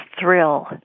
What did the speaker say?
thrill